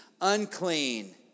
unclean